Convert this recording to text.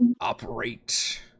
operate